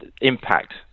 impact